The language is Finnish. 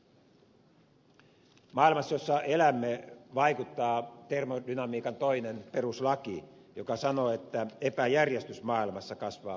maailmassa jossa elämme vaikuttaa termodynamiikan toinen peruslaki joka sanoo että epäjärjestys maailmassa kasvaa vääjäämättä